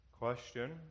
question